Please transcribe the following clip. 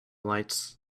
lights